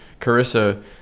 Carissa